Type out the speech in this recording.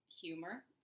humor